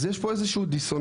אז יש פה איזשהו דיסוננס,